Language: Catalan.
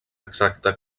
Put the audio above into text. exacta